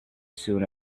soon